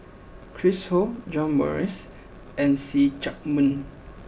Chris Ho John Morrice and See Chak Mun